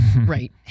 right